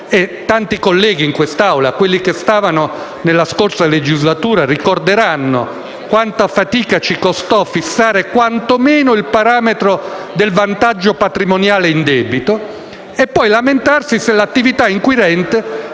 tanti colleghi in quest'Assemblea, quelli presenti anche nella scorsa legislatura, ricorderanno quanta fatica ci costò fissare quantomeno il parametro del vantaggio patrimoniale indebito - e poi lamentarsi se l'attività inquirente